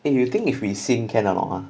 eh you think if we sing can or not